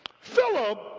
Philip